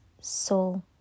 soul